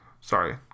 Sorry